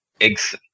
ex